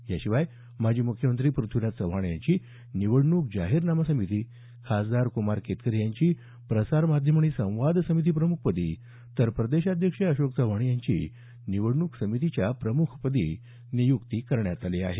याशिवाय माजी मुख्यमंत्री पृथ्वीराज चव्हाण यांची निवडणूक जाहीरनामा समिती खासदार क्मार केतकर यांची प्रसार माध्यम आणि संवाद समिती प्रमुख पदी तर प्रदेशाध्यक्ष अशोक चव्हाण यांची निवडणूक समितीच्या प्रमुखपदी नियुक्ती करण्यात आली आहे